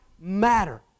matter